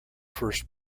first